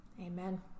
Amen